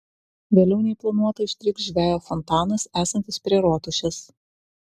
vėliau nei planuota ištrykš žvejo fontanas esantis prie rotušės